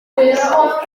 nofio